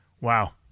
Wow